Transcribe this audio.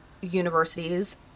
universities